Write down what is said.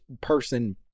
person